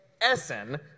Essen